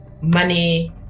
money